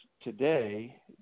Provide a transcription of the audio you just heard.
today